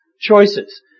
choices